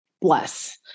Bless